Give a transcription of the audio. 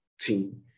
team